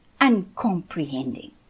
uncomprehending